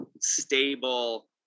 stable